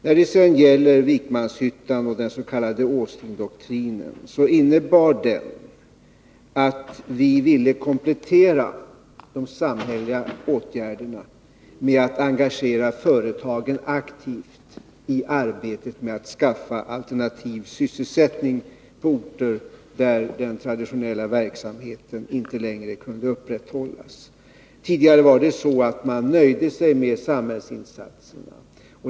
När det sedan gäller Vikmanshyttan och den s.k. Åslingdoktrinen, så innebar den att vi ville komplettera de samhälleliga åtgärderna med att engagera företagen aktivt i arbetet med att skaffa alternativ sysselsättning på orter där den traditionella verksamheten inte längre kunde upprätthållas. Tidigare var det så att man nöjde sig med samhällsinsatser.